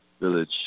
village